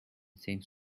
think